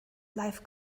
life